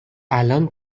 الان